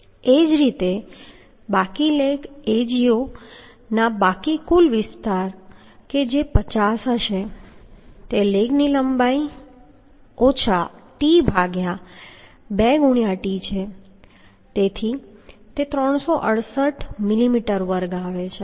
એ જ રીતે બાકી લેગ Ago ના બાકી કુલ વિસ્તાર કે જે 50 હશે તે લેગની લંબાઈ ઓછા t ભાગ્યા 2 ગુણ્યાં t છે તેથી તે 368 મિલીમીટર વર્ગ આવે છે